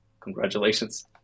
congratulations